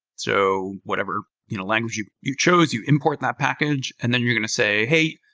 so whatever you know language you you chose, you import that package and then you're going to say, hey,